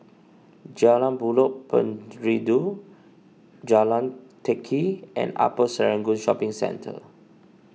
Jalan Buloh Perindu Jalan Teck Kee and Upper Serangoon Shopping Centre